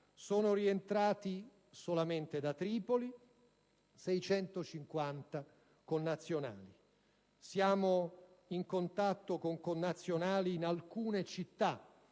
sono rientrati, solo da Tripoli, 650 connazionali. Siamo in contatto con connazionali in alcune città,